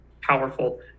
powerful